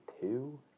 two